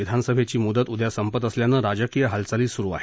विधानसभेची मुदत उद्या सपत असल्यान राजकीय हालचाली सुरु आहेत